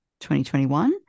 2021